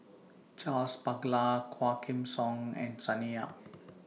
Charles Paglar Quah Kim Song and Sonny Yap